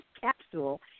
capsule